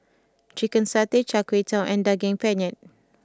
Chicken Satay Char Kway Teow and Daging Penyet